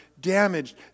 damaged